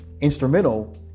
instrumental